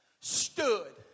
stood